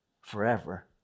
forever